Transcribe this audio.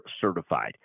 certified